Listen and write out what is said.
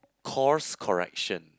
course correction